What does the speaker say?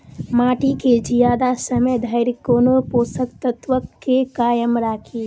माटि केँ जियादा समय धरि कोना पोसक तत्वक केँ कायम राखि?